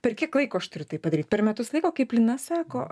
per kiek laiko aš turiu tai padaryt per metus laiko kaip lina sako